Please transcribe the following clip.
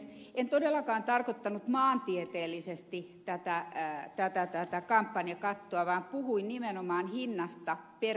en todellakaan tarkoittanut maantieteellisesti tätä kampanjakattoa vaan puhuin nimenomaan hinnasta per ääni